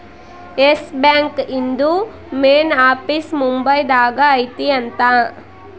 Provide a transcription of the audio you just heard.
S Bank ಇಂದು main office Mumbai ದಾಗ ಐತಿ ಅಂತ